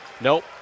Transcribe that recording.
Nope